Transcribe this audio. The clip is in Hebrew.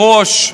1662,